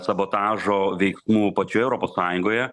sabotažo veiksmų pačioje europos sąjungoje